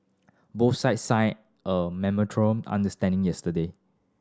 both sides signed a memorandum understanding yesterday